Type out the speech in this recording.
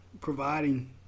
providing